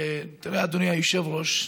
אתה יודע, אדוני היושב-ראש,